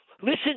listen